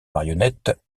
marionnettes